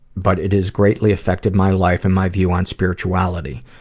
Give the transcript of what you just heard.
but it has greatly affected my life and my view on spirituality.